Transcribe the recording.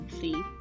see